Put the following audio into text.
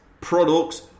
products